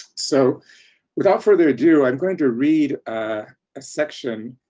so without further ado, i'm going to read a ah section